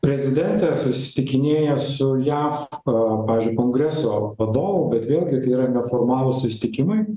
prezidentė susitikinėja su jav pavyzdžiui kongreso vadovu bet vėlgi tai yra neformalūs susitikimai